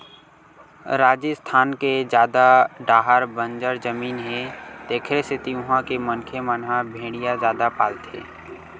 राजिस्थान के जादा डाहर बंजर जमीन हे तेखरे सेती उहां के मनखे मन ह भेड़िया जादा पालथे